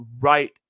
right